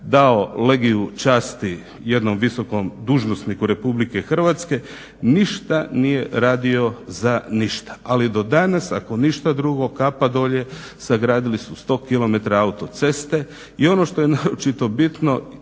dao legiju časti jednom visokom dužnosniku Republike Hrvatske ništa nije radio za ništa. Ali do danas ako ništa drugo, kapa dolje, sagradili su 100 km autoceste i ono što je naročito bitno